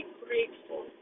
grateful